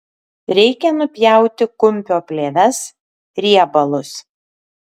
reikia nupjauti kumpio plėves riebalus